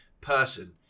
person